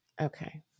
Okay